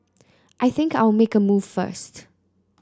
I think I'll make a move first